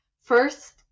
first